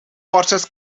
forces